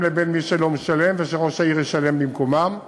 לבין מי שלא משלם ושראש העיר ישלם במקומם,